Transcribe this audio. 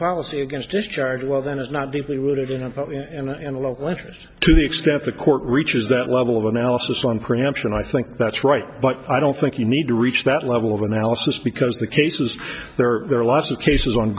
policy against discharge well then it's not deeply rooted in a and a lot of questions to the extent the court reaches that level of analysis on preemption i think that's right but i don't think you need to reach that level of analysis because the cases there are lots of cases on